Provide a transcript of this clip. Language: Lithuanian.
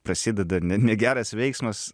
prasideda ne negeras veiksmas